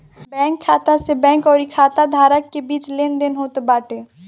bank खाता से bank अउरी खाता धारक के बीच लेनदेन होत बाटे